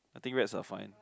I think rats are fine